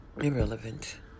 irrelevant